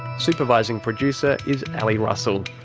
supervising producer is ali russell.